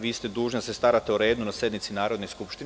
Vi ste dužni da se starate o redu na sednici Narodne skupštine.